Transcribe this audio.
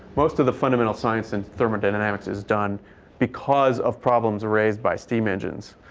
most of the fundamental science in thermodynamics is done because of problems raised by steam engines.